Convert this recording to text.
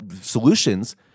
solutions